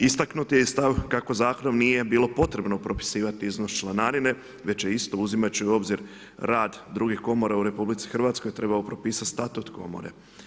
Istaknuti je i stav kako zakonom nije bilo potrebo propisivati iznos članarine, već je isto, uzimajući u obzir rad drugih komora u RH, trebao propisati statut komore.